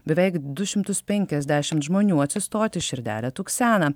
beveik du šimtus penkiasdešimt žmonių atsistoti širdelė tuksena